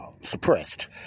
suppressed